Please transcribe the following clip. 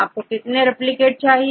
आपको कितने रिप्लिकेट चाहिए